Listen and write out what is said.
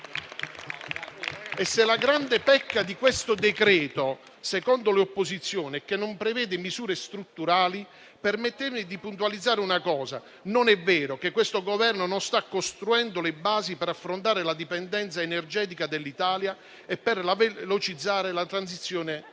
Se la grande pecca di questo decreto, secondo le opposizioni, è che non prevede misure strutturali, permettetemi di puntualizzare una cosa: non è vero che questo Governo non sta costruendo le basi per affrontare la dipendenza energetica dell'Italia e per velocizzare la transizione energetica.